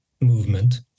movement